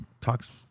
talks